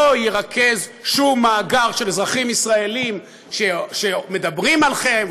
לא ירכז שום מאגר של אזרחים ישראלים שמדברים על חרם,